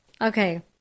Okay